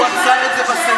הוא עצר את זה בסנאט.